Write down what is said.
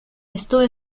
estuve